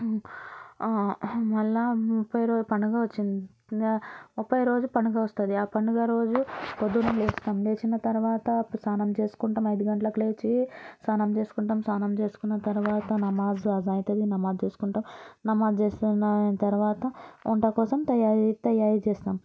మరల ముప్పై రోజులు పండగ వస్తుంది ముప్పై రోజుల పండుగ వస్తుంది ఆ పండగ రోజు పొద్దున్నే లేస్తాం లేచిన తర్వాత స్నానం చేసుకుంటాం ఐదు గంటలకు లేచి స్నానం చేసుకుంటాం స్నానం చేసుకున్న తర్వాత నమాజ్ అజ అవుతుంది నమాజ్ చేసుకుంటాం నమాజ్ చేసుకున్న తర్వాత వంట కోసం తయారు తయారు చేస్తాం